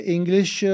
English